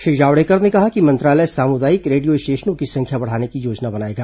श्री जावड़ेकर ने कहा कि मंत्रालय सामुदायिक रेडियो स्टेशनों की संख्या बढ़ाने की योजना बनायेगा